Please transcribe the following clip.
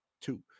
two